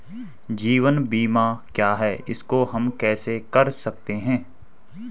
जीवन बीमा क्या है इसको हम कैसे कर सकते हैं?